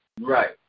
Right